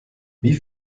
wie